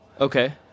okay